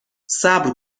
صبر